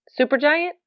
Supergiant